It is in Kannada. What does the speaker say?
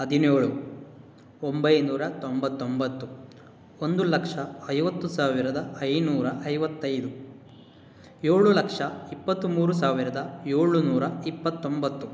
ಹದಿನೇಳು ಒಂಬೈನೂರ ತೊಂಬತ್ತೊಂಬತ್ತು ಒಂದು ಲಕ್ಷ ಐವತ್ತು ಸಾವಿರದ ಐನೂರ ಐವತ್ತೈದು ಏಳು ಲಕ್ಷ ಇಪ್ಪತ್ಮೂರು ಸಾವಿರದ ಏಳುನೂರ ಇಪ್ಪತ್ತೊಂಬತ್ತು